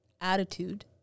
attitude